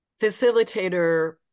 facilitator